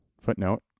Footnote